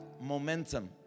momentum